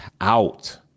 out